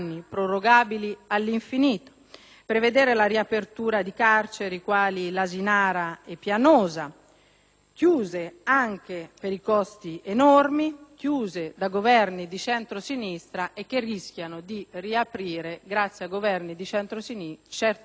prevede la riapertura di carceri quali l'Asinara e Pianosa, chiuse, anche per i costi enormi, da Governi di centrosinistra e che rischiano di riaprire grazie a Governi di centrodestra, supportati anche